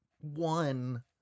one